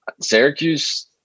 Syracuse